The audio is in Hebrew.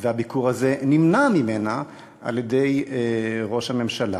והביקור הזה נמנע ממנה על-ידי ראש הממשלה.